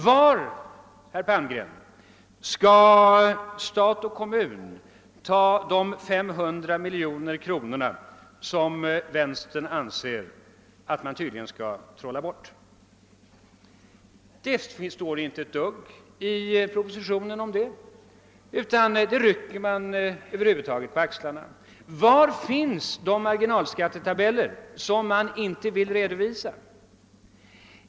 Var, herr Palmgren, skall stat och kommun ta de 500 miljoner kronor som vänstern tydligen anser att man skall trolla bort? Det står inte ett dugg i propositionen härom, och man rycker över huvud taget på axlarna när saken förs på tal. Var finns de marginalskattetabeller som man inte vill redovisa?